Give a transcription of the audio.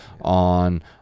on